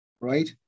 right